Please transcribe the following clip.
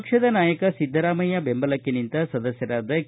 ಪಕ್ಷದ ನಾಯಕ ಸಿದ್ದರಾಮಯ್ಯ ಬೆಂಬಲಕ್ಕೆ ನಿಂತ ಸದಸ್ಕರಾದ ಕೆ